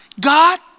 God